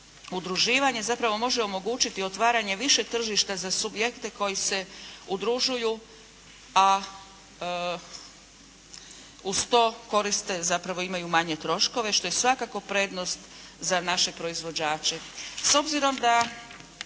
udruživanje zapravo može omogućiti otvaranje više tržišta za subjekte koji se udružuju a uz to koriste, zapravo imaju manje troškove što je svakako prednost za naše proizvođače.